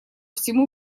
всему